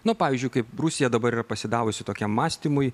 nu pavyzdžiui kaip rusija dabar yra pasidavusi tokiam mąstymui